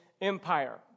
Empire